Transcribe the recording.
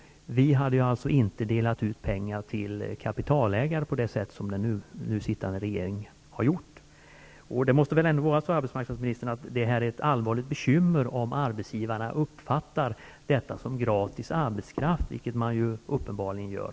Vi hade inte delat ut pengar till kapitalägare på det sätt som den nu sittande regeringen har gjort. Det måste väl ändå, arbetsmarknadsministern, vara ett allvarligt bekymmer om arbetsgivarna uppfattar detta som gratis arbetskraft, vilket man uppenbarligen gör.